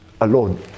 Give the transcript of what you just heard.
alone